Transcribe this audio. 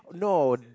no